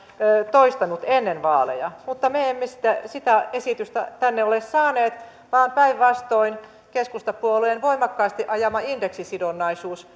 toistanut ennen vaaleja mutta me emme sitä sitä esitystä tänne ole saaneet vaan päinvastoin keskustapuolueen voimakkaasti ajama indeksisidonnaisuus